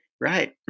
Right